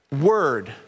word